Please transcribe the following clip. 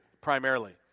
primarily